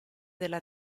della